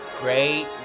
Great